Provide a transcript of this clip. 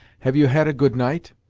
have you had a good night?